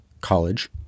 college